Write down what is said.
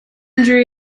injury